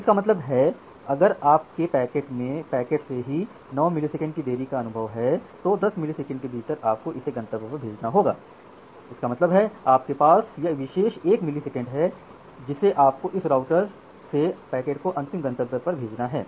तो इसका मतलब है अगर पैकेट में पहले से ही 9 मिलीसेकंड की देरी का अनुभव है तो 10 मिलीसेकंड के भीतर आपको इसे गंतव्य पर भेजना होगा इसका मतलब है आपके पास यह शेष एक मिलीसेकंड है जिसे आपको इस राउटर से पैकेट को अंतिम गंतव्य पर भेजना है